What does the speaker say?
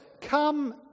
Come